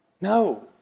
No